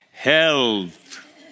health